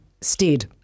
Stead